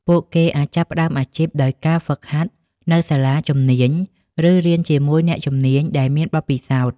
ពួកគេអាចចាប់ផ្តើមអាជីពដោយការហ្វឹកហាត់នៅសាលាជំនាញ ឬរៀនជាមួយអ្នកជំនាញដែលមានបទពិសោធន៍។